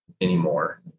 anymore